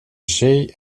zee